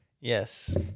Yes